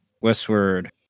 westward